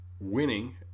Winning